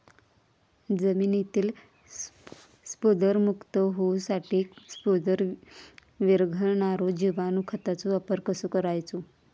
जमिनीतील स्फुदरमुक्त होऊसाठीक स्फुदर वीरघळनारो जिवाणू खताचो वापर कसो करायचो?